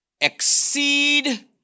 exceed